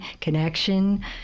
connection